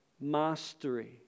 mastery